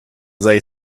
they